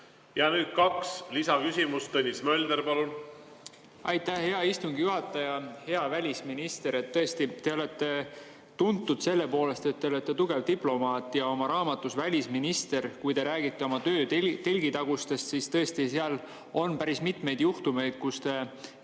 Ja nüüd kaks lisaküsimust. Tõnis Mölder, palun! Aitäh, hea istungi juhataja! Hea välisminister! Tõesti, te olete tuntud selle poolest, et te olete tugev diplomaat. Teie raamatus "Välisminister", kus te räägite oma töö telgitagustest, on päris mitmeid juhtumeid, kus te olete